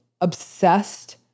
obsessed